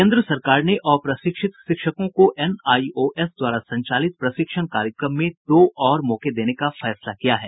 केंद्र सरकार ने अप्रशिक्षित शिक्षकों को एनआईओएस द्वारा संचालित प्रशिक्षण कार्यक्रम में दो और मौके देने का फैसला किया है